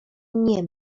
nie